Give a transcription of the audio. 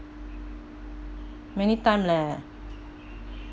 many time leh